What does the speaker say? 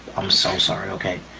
i'm so sorry, okay?